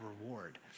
reward